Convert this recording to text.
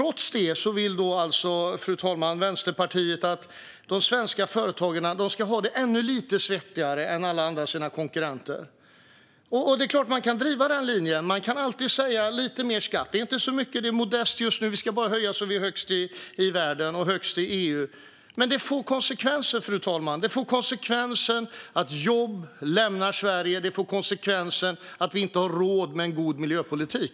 Fru talman! Men trots detta vill Vänsterpartiet att de svenska företagen ska ha det ännu lite svettigare än alla sina konkurrenter. Det är klart att man kan driva denna linje. Man kan alltid säga: Lite mer skatt. Det är inte så mycket. Det är modest just nu. Vi ska bara höja så att vi ligger högst i världen och högst i EU. Men detta får konsekvenser. Det får konsekvensen att jobb lämnar Sverige. Och det får konsekvensen att vi inte har råd med en god miljöpolitik.